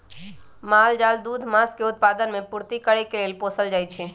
माल जाल दूध, मास के उत्पादन से पूर्ति करे लेल पोसल जाइ छइ